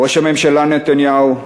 ראש הממשלה נתניהו,